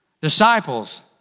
Disciples